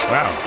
Wow